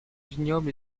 vignobles